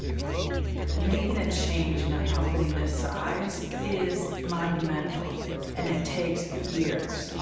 making a change in a company this size is monumental and it takes years,